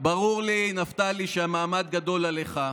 ברור לי, נפתלי, שהמעמד גדול עליך.